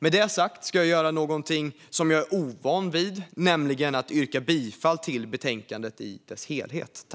Med detta sagt ska jag göra någonting jag är ovan vid, nämligen yrka bifall till utskottets förslag i betänkandet i dess helhet.